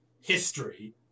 history